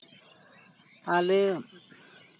ᱟᱞᱮ